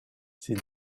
ces